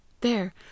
There